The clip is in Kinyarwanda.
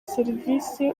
serivisi